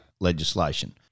legislation